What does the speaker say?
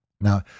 Now